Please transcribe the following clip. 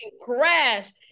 crash